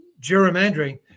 gerrymandering